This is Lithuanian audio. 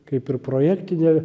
kaip ir projektinė